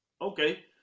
Okay